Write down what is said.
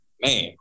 Man